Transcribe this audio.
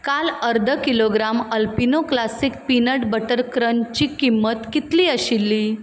काल अर्द kilogram Alpino classic peanut butter क्रंचची किंमत कितली आशिल्ली